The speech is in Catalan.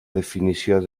definició